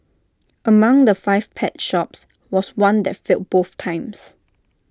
among the five pet shops was one that failed both times